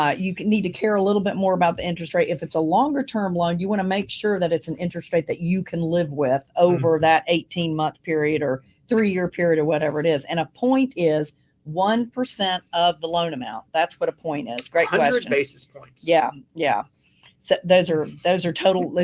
ah you need to care a little bit more about the interest rate. if it's a longer term loan, you want to make sure that it's an interest rate that you can live with over that eighteen month period or three-year period of whatever it is. and a point is one percent of the loan amount. that's what a point is. great question. a hundred basis points. yeah. yeah so those are, those are total.